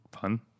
fun